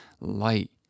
light